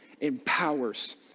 empowers